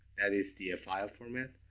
that is the file format.